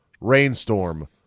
rainstorm